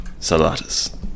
Salatus